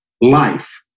life